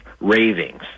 ravings